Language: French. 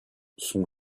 son